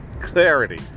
clarity